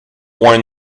point